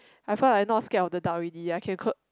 I felt like not scared of the dark already I can clo~